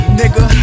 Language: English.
nigga